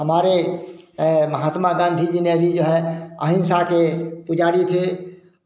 हमारे महात्मा गांधी जी ने भी जो है अहिंसा के पुजारी थे